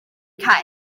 cae